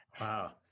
Wow